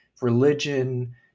religion